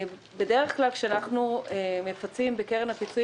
בדרך כלל כשאנחנו מפצים בקרן הפיצויים